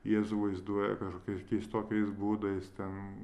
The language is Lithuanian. jėzų vaizduoja kažkokiais keistokais būdais ten